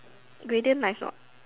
gradient nice or not